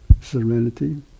serenity